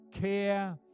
care